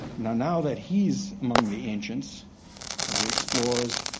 now now that he's among the ancients of the explorers,